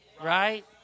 right